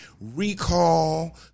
recall